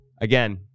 Again